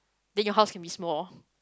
then your house can be small